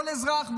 כל אזרח,